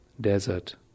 desert